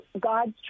God's